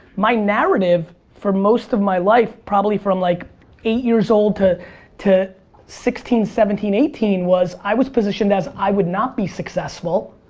my narrative, for most of my life, probably from like eight years old to to sixteen, seventeen, eighteen, was, i was positioned as i would not be successful,